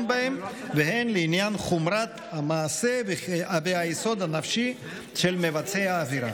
בהם והן לעניין חומרת המעשה והיסוד הנפשי של מבצע העבירה.